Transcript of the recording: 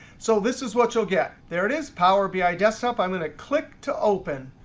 so this is what you'll get. there it is, power bi desktop. i'm going to click to open.